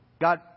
God